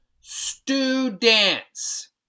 students